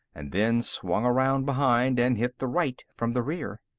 and then swung around behind and hit the right from the rear.